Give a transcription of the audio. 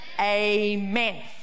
amen